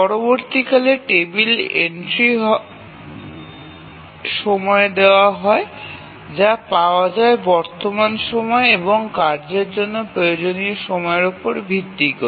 পরবর্তীকালে table entry সময় দেওয়া হয় যা পাওয়া যায় বর্তমান সময় এবং কার্যের জন্য প্রয়োজনীয় সময়ের উপর ভিত্তি করে